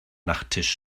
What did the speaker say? nachttisch